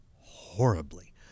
horribly